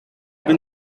been